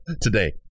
today